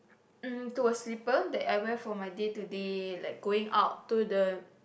um to a slipper that I wear for my day to day like going out to the